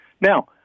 Now